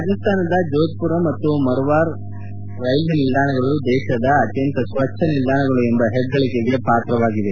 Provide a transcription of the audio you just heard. ರಾಜ್ಯಾನದ ಜೋಧ್ಪುರ ಮತ್ತು ಮರ್ವಾರ್ ರೈಲ್ವೆ ನಿಲ್ದಾಣಗಳು ದೇಶದ ಅತ್ಯಂತ ಸ್ವಜ್ಞ ನಿಲ್ದಾಣಗಳು ಎಂಬ ಹೆಗ್ಗಳಿಕೆಗೆ ಪಾತ್ರವಾಗಿದೆ